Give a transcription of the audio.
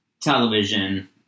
television